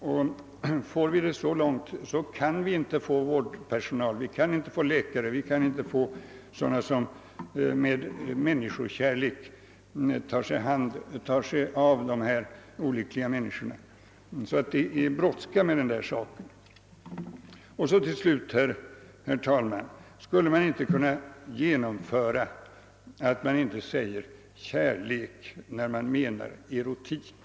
Men även om vi får tillräckligt antal platser kan vi inte få vårdpersonal, läkare eller andra som med människokärlek tar sig an dessa olyckliga individer. Denna angelägenhet är alltså brådskande. Till sist, herr talman: Skulle man inte kunna genomföra att man inte säger »kärlek» när man menar erotik?